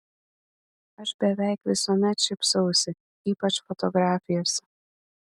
aš beveik visuomet šypsausi ypač fotografijose